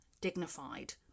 dignified